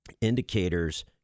indicators